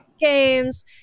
games